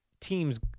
teams